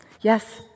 Yes